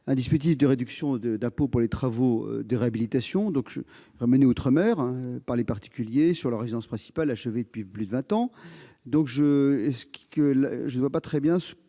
dispositif de réduction d'impôt pour les travaux de réhabilitation menés par les particuliers sur leur résidence principale achevée depuis plus de vingt ans. Je ne vois pas très bien ce que